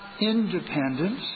independence